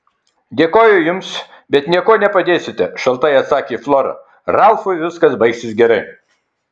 dėkoju jums bet niekuo nepadėsite šaltai atsakė flora ralfui viskas baigsis gerai